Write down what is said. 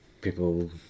People